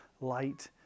light